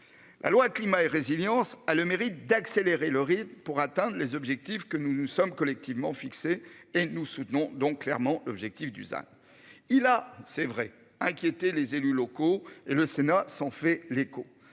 La loi climat et résilience, a le mérite d'accélérer le rythme pour atteindre les objectifs que nous nous sommes collectivement fixés et nous soutenons donc clairement l'objectif Dusan il a c'est vrai inquiétait les élus locaux et le Sénat s'en fait l'écho